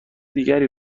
دیگری